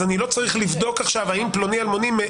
אז אני לא צריך לבדוק עכשיו לגבי פלוני אלמוני.